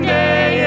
day